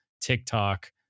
TikTok